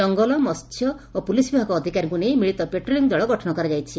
ଜଙ୍ଗଲ ମହ୍ୟ ଓ ପୁଲିସ ବିଭାଗ ଅଧିକାରୀଙ୍କୁ ନେଇ ମିଳିତ ପାଟ୍ରୋଲିଂ ଦଳ ଗଠନ କରାଯାଇଛି